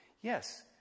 Yes